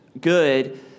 good